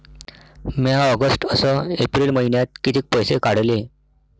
म्या ऑगस्ट अस एप्रिल मइन्यात कितीक पैसे काढले?